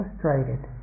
frustrated